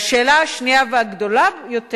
השאלה השנייה, והגדולה יותר,